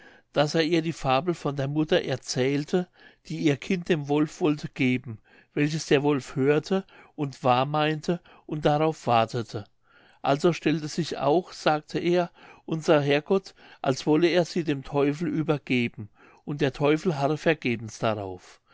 daß er ihr die fabel von der mutter erzählte die ihr kind dem wolf wollte geben welches der wolf hörte und wahr meinte und darauf wartete also stelle sich auch sagte er unser herr gott als wolle er sie dem teufel übergeben und der teufel harre vergebens darauf